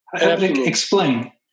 Explain